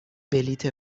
بلیط